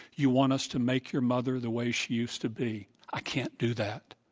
you want us to make your mother the way she used to be. i can't do that.